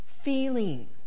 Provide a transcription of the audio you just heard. feeling